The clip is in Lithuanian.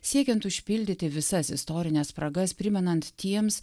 siekiant užpildyti visas istorines spragas primenant tiems